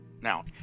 now